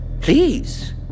Please